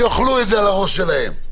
שיאכלו את זה על הראש שלהם.